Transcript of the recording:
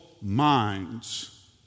minds